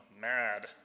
mad